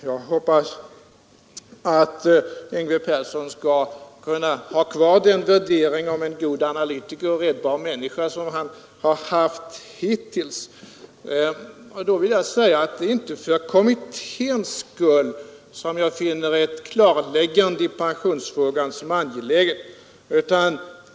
Jag hoppas att Yngve Persson ändå skall kunna behålla den värdering av mig som en god analytiker och en redbar människa som han haft hittills. Låt mig säga att det inte är för kommitténs skull som jag finner ett klarläggande i pensionsfrågan angeläget.